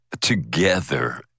together